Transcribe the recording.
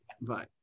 Bye